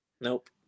nope